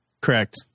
Correct